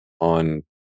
on